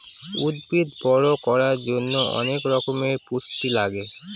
উদ্ভিদ বড়ো করার জন্য অনেক রকমের পুষ্টি লাগে